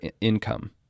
income